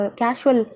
casual